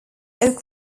oak